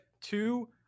two